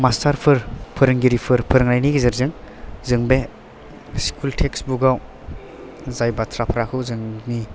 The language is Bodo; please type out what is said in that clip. मास्टारफोर फोरोंगिरिफोर फोरोंनायनि गेजेरजों जों बे स्कुल टेक्सटबुक आव जाय बाथ्राफ्रोरखौ जोंनि